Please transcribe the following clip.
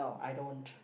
I don't